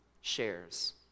shares